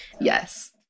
Yes